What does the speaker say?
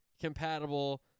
compatible